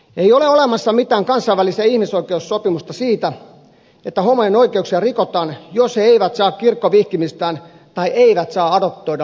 ei ole olemassa mitään kansainvälistä ihmisoikeussopimusta siitä että homojen oikeuksia rikotaan jos he eivät saa kirkkovihkimistään tai eivät saa adoptoida lapsiamme